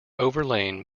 overlain